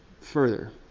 further